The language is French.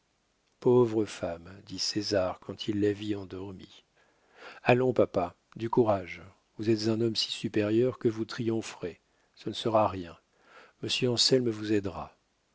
pauvre femme dit césar quand il la vit endormie allons papa du courage vous êtes un homme si supérieur que vous triompherez ce ne sera rien monsieur anselme vous aidera